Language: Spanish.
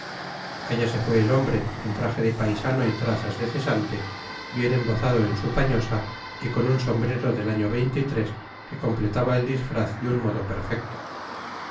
allá se fue el hombre en traje de paisano y trazas de cesante bien embozado en su pañosa y con un sombrero del año que completaba el disfraz de un modo perfecto